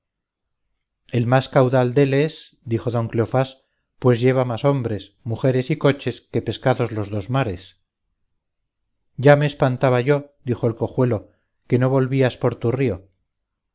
el mundo el más caudal dél es dijo don cleofás pues lleva más hombres mujeres y coches que pescados los dos mares ya me espantaba yo dijo el cojuelo que no volvías por tu río